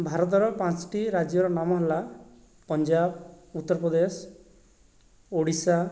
ଭାରତର ପାଞ୍ଚ୍ଟି ରାଜ୍ୟର ନାମ ହେଲା ପଞ୍ଜାବ ଉତ୍ତରପ୍ରଦେଶ ଓଡ଼ିଶା